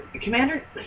commander